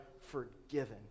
forgiven